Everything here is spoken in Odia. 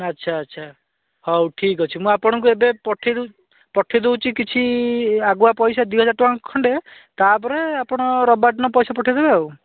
ନା ଆଚ୍ଛା ଆଚ୍ଛା ହଉ ଠିକ୍ଅଛି ମୁଁ ଆପଣଙ୍କୁ ଏବେ ପଠେଇ ଦେଉ ପଠେଇ ଦେଉଛି କିଛି ଆଗୁଆ ପଇସା ଦୁଇ ହଜାର ଟଙ୍କା ଖଣ୍ଡେ ତା'ପରେ ଆପଣ ରବିବାର ଦିନ ପଇସା ପଠେଇଦେବେ ଆଉ